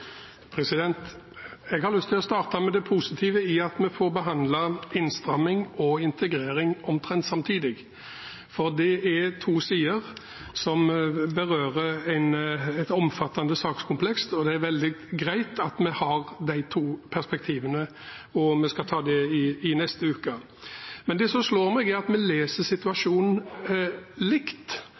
Jeg har lyst til å starte med det positive i at vi får behandlet innstramming og integrering omtrent samtidig, for det er to sider som berører et omfattende sakskompleks, og det er veldig greit at vi har de to perspektivene. Vi skal ta det i neste uke. Det som slår meg, er at vi leser situasjonen likt